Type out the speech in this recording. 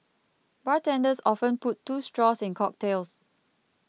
bartenders often put two straws in cocktails